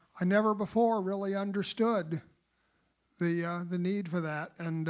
i never before really understood the the need for that. and